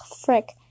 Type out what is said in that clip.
frick